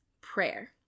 prayer